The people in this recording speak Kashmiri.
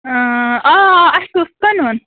آ اَسہِ اوس کٕنُن